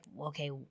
okay